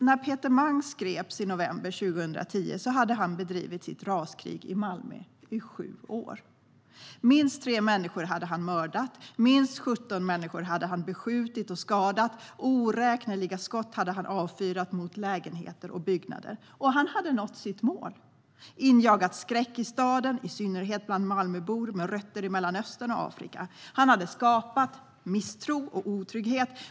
När Peter Mangs greps i november 2010 hade han bedrivit sitt raskrig i Malmö i sju år. Minst tre människor hade han mördat, minst 17 människor hade han beskjutit och skadat, oräkneliga skott hade han avfyrat mot lägenheter och byggnader. Han hade nått sitt mål. Han hade injagat skräck i staden, i synnerhet bland Malmöbor med rötter i Mellanöstern och Afrika. Han hade skapat misstro och otrygghet.